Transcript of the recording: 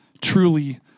truly